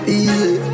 easy